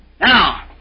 Now